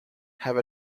have